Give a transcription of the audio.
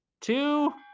two